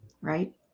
right